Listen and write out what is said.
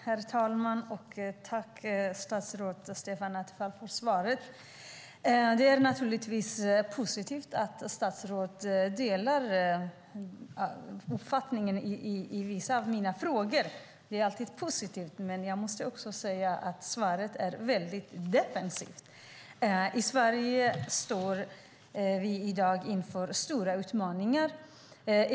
Herr talman! Jag tackar statsrådet Stefan Attefall för svaret. Det är naturligtvis positivt att statsrådet delar min uppfattning i vissa av frågorna - det är alltid positivt - men jag måste också säga att svaret är väldigt defensivt. I Sverige står vi i dag inför stora utmaningar.